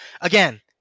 again